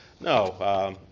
No